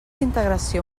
integració